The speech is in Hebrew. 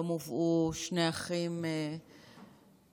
היום הובאו שני אחים לקבורה,